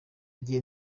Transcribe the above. gihe